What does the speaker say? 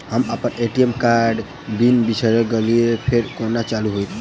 हम अप्पन ए.टी.एम कार्डक पिन बिसैर गेलियै ओ फेर कोना चालु होइत?